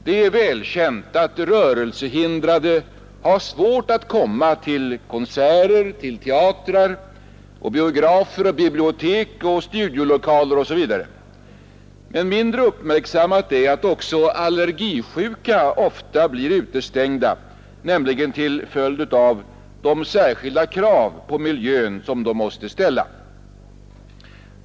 Det är välkänt att rörelsehindrade har svårt att komma till konserter, teatrar, biografer, bibliotek, studielokaler osv. Mindre uppmärksammat är att också allergisjuka ofta blir utestängda, säkerligen till följd av de särskilda krav på miljön som de måste ställa.